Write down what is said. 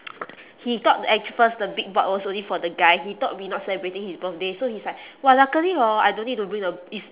he thought act~ first the big board was only for the guy he thought we not celebrating his birthday so he's like !wah! luckily hor I don't need to bring the is